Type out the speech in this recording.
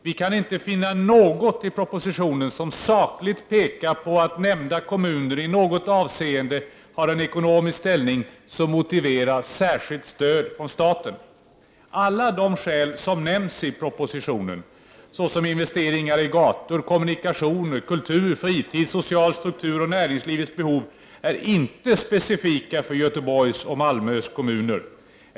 Vi kan inte finna något i propositionen som sakligt pekar på att nämnda kommuner i något avseende har en ekonomisk ställning som motiverar särskilt stöd från staten. De skäl som nämns i propositionen såsom investeringar i gator, kommunikationer, kultur, fritid, social struktur och näringslivets behov är inte specifika för Göteborgs och Malmö kommuner.